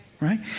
right